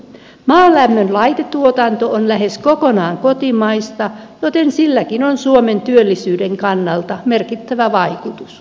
maalämmön laitetuotanto on lähes kokonaan kotimaista joten silläkin on suomen työllisyyden kannalta merkittävä vaikutus